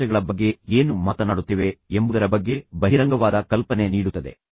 ಸಂಘರ್ಷಗಳ ಬಗ್ಗೆ ನಾವು ಏನು ಮಾತನಾಡುತ್ತೇವೆ ಎಂಬುದರ ಬಗ್ಗೆ ಬಹಳ ಬಹಿರಂಗವಾದ ಕಲ್ಪನೆ ನೀಡುತ್ತದೆ